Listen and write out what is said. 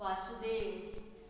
Vasudev